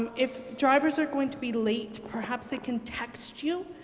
if drivers are going to be late perhaps they can text you.